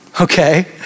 okay